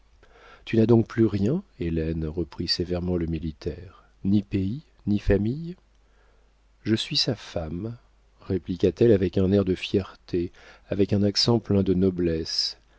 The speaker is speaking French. tu n'as donc plus rien hélène reprit sévèrement le militaire ni pays ni famille je suis sa femme répliqua-t-elle avec un air de fierté avec un accent plein de noblesse